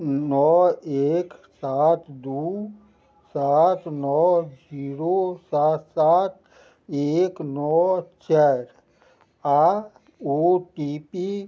नओ एक सात दू सात नओ जीरो सात सात एक नओ चारि आओर ओ टी पी